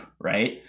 right